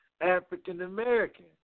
African-American